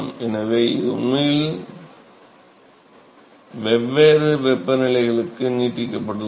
எனவே இது உண்மையில் வெவ்வேறு வெப்பநிலைகளுக்கு நீட்டிக்கப்படலாம்